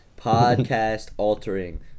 Podcast-altering